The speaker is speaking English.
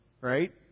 right